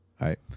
right